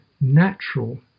natural